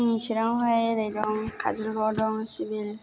जोंनि चिरांआवहाय ओरै दं काजलगावआव दं सिभिल